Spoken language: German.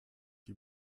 die